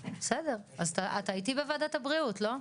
בסדר, אז אתה איתי בוועדת הבריאות, לא?